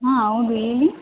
ಹಾಂ ಹೌದು ಹೇಳಿ